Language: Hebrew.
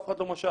אף אחד לא משך,